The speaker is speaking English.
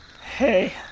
hey